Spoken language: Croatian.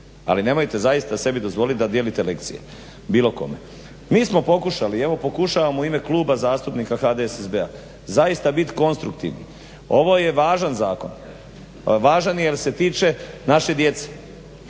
ali nemojte zaista sebi dozvoliti da dijelite lekcije, bilo kome. Mi smo pokušali, evo pokušavam u ime Kluba zastupnika HDSSB-a zaista bit konstruktivni. Ovo je važan zakon. Važan je jer se tiče naše djece